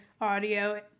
audio